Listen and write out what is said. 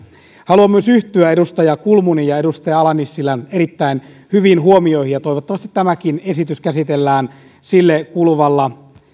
haluan myös yhtyä edustaja kulmunin ja edustaja ala nissilän erittäin hyviin huomioihin ja toivottavasti tämäkin esitys käsitellään sille kuuluvalla